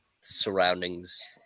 surroundings